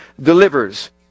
delivers